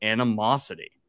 Animosity